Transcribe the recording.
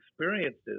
experiences